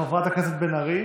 חברת הכנסת בן ארי,